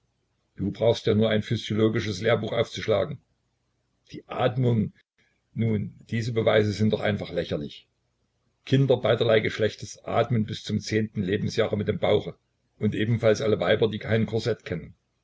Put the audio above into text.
du brauchst ja nur ein physiologisches lehrbuch aufzuschlagen die atmung nun diese beweise sind doch einfach lächerlich kinder beiderlei geschlechtes atmen bis zum zehnten lebensjahre mit dem bauche und ebenfalls alle weiber die kein korsett kennen